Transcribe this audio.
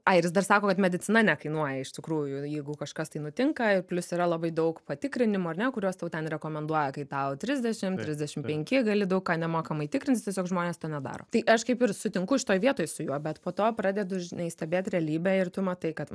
ai ir jis dar sako kad medicina nekainuoja iš tikrųjų jeigu kažkas tai nutinka ir plius yra labai daug patikrinimų ar ne kuriuos tau ten rekomenduoja kai tau trisdešimt trisdešimt penki gali daug ką nemokamai tikrintis tiesiog žmonės to nedaro tai aš kaip ir sutinku šitoj vietoj su juo bet po to pradedu žinai stebėti realybę ir tu matai kad